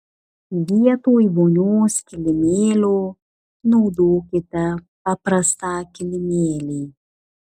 vietoj vonios kilimėlio naudokite paprastą kilimėlį